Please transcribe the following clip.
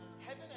heaven